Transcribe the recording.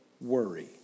worry